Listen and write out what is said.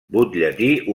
butlletí